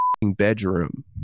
bedroom